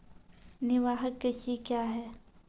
निवाहक कृषि क्या हैं?